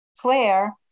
Claire